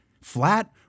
flat